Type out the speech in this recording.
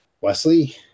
Wesley